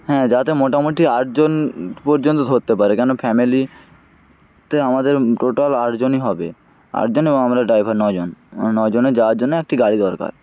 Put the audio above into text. হ্যাঁ যাতে মোটামোটি আটজন পর্যন্ত ধরতে পারে কেন ফ্যামিলি তে আমাদের টোটাল আটজনই হবে আটজন এবং আমরা ড্রাইভার নজন নজনের যাওয়ার জন্য একটি গাড়ি দরকার